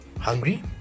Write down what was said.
hungry